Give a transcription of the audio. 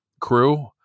crew